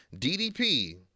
DDP